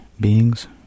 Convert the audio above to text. beings